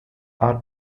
are